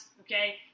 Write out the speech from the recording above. Okay